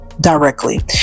directly